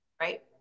right